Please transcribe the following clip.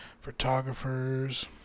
photographers